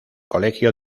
colegio